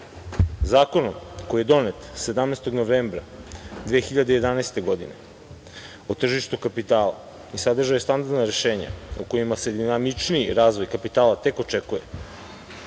koji je donet 17. novembra 2011. godine, o tržištu kapitala sadržao je standardna rešenja kojima se dinamičniji razvoj kapitala tek očekuje.U